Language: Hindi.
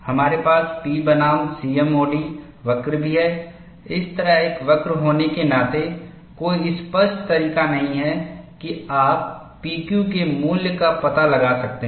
हमारे पास P बनाम सीएमओडी वक्र भी है इस तरह एक वक्र होने के नाते कोई स्पष्ट तरीका नहीं है कि आप PQ के मूल्य का पता लगा सकते हैं